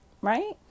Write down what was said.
right